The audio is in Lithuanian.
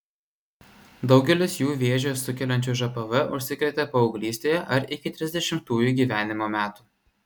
daugelis jų vėžį sukeliančiu žpv užsikrėtė paauglystėje ar iki trisdešimtųjų gyvenimo metų